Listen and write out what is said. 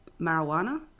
marijuana